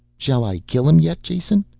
shall i kill him yet, jason?